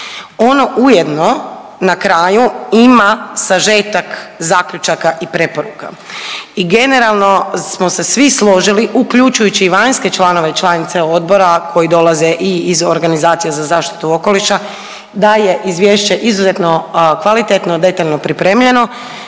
ono ujedno na kraju ima sažetak zaključaka i preporuka. I generalno smo se svi složili uključujući i vanjske članove i članice odbora koji dolaze i iz organizacije za zaštitu okoliša da je izvješće izuzetno kvalitetno, detaljno pripremljeno,